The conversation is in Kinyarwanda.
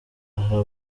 aha